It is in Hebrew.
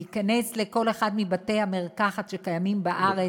להיכנס לכל אחד מבתי-המרקחת בארץ,